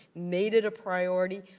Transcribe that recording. made it a priority.